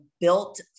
built